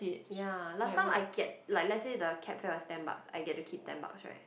ya last time I get like let's say the cab fare was ten bucks I get to keep ten bucks right